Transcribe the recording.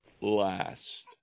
last